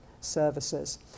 services